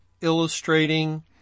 illustrating